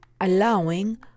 allowing